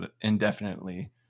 indefinitely